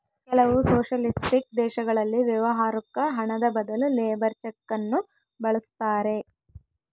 ಕೆಲವು ಸೊಷಲಿಸ್ಟಿಕ್ ದೇಶಗಳಲ್ಲಿ ವ್ಯವಹಾರುಕ್ಕ ಹಣದ ಬದಲು ಲೇಬರ್ ಚೆಕ್ ನ್ನು ಬಳಸ್ತಾರೆ